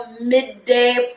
midday